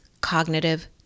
cognitive